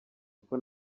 uko